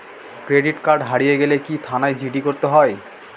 Credit card হারিয়ে গেলে কি থানায় জি.ডি করতে হয়?